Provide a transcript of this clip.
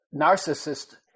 narcissist